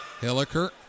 Hilliker